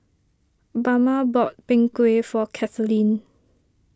Bama bought Png Kueh for Kathaleen